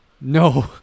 No